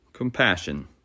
Compassion